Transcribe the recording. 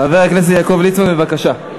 חבר הכנסת יעקב ליצמן, בבקשה.